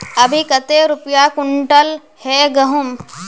अभी कते रुपया कुंटल है गहुम?